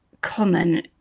common